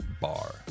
bar